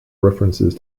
references